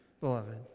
beloved